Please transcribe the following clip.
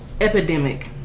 epidemic